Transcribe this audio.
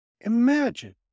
Imagine